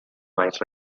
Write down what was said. baix